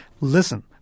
Listen